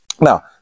Now